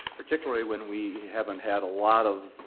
particularly when we haven't had a lot of